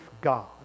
God